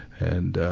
and ah,